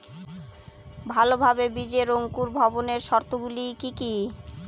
ভালোভাবে বীজের অঙ্কুর ভবনের শর্ত গুলি কি কি?